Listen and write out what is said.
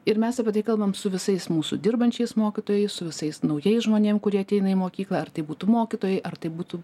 ir mes apie tai kalbam su visais mūsų dirbančiais mokytojais su visais naujais žmonėm kurie ateina į mokyklą ar tai būtų mokytojai ar tai būtų